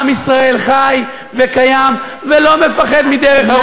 עם ישראל חי וקיים ולא מפחד מדרך ארוכה.